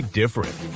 different